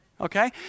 Okay